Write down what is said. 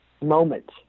moment